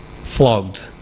flogged